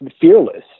fearless